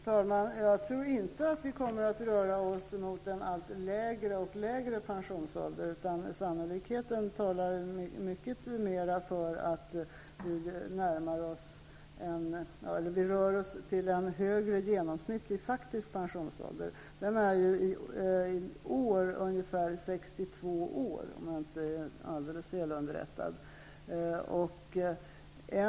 Fru talman! Jag tror inte att vi kommer att röra oss mot en allt lägre pensionsålder, utan sannolikheten talar mycket mera för att vi rör oss mot en högre genomsnittlig faktisk pensionsålder. Den är ju i år ungefär 62 år, om jag inte är alldeles felunderrättad.